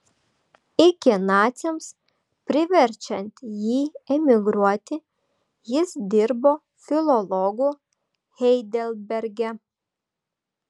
iki naciams priverčiant jį emigruoti jis dirbo filologu heidelberge